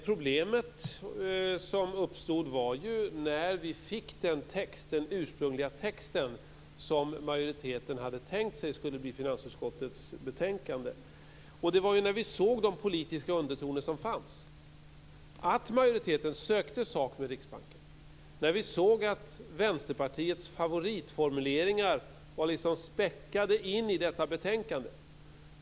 Problemet uppstod ju när vi fick den ursprungliga text som majoriteten hade tänkt sig skulle bli finansutskottets betänkande. Då såg vi de politiska undertoner som fanns. Vi såg att majoriteten sökte sak med Riksbanken. Vi såg att Vänsterpartiets favoritformuleringar liksom var späckade in i detta betänkande.